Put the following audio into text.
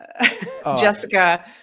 Jessica